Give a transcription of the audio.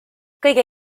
kõige